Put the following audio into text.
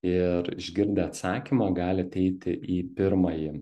ir išgirdę atsakymą galit eiti į pirmąjį